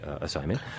assignment